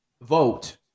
Vote